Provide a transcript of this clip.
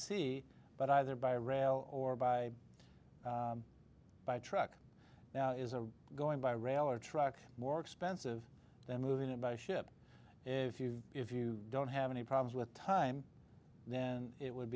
sea but either by rail or by by truck now is a going by rail or truck more expensive than moving it by ship if you if you don't have any problems with time then it would